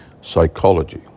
psychology